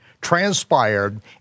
transpired